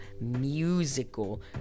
musical